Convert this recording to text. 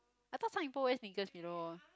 I thought some people wear sneakers you know